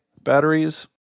batteries